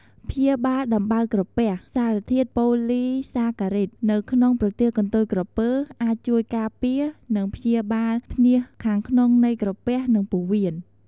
ព្យាបាលដំបៅក្រពះ សារធាតុ "ប៉ូលីសាការីដ" នៅក្នុងប្រទាលកន្ទុយក្រពើអាចជួយការពារ និងព្យាបាលភ្នាសខាងក្នុងនៃក្រពះ និងពោះវៀន។